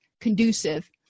conducive